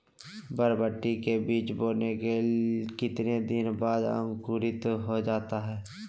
बरबटी के बीज बोने के कितने दिन बाद अंकुरित हो जाता है?